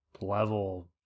level